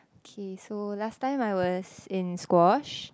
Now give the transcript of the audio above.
okay so last time I was in squash